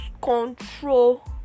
control